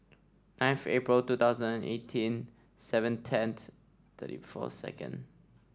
ninth April two thousand and eighteen seven tenth thirty four second